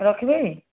ରଖିବି